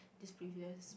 this previous